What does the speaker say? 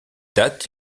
date